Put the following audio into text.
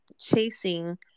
chasing